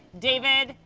david,